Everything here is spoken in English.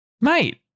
mate